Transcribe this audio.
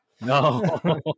No